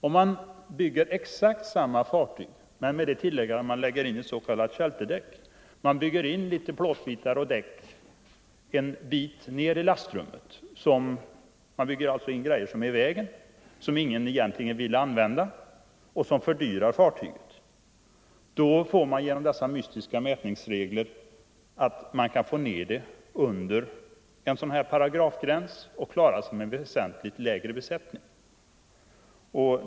Om man bygger exakt samma fartyg men lägger in ett s.k. shelterdäck, dvs. litet plåtbitar och ett däck en bit ned i lastrummet — grejor som är i vägen, som ingen vill använda och som fördyrar fartyget — då kommer man genom dessa mystiska mätningsregler under en sådan här paragrafgräns och klarar sig med väsentligt mindre besättning.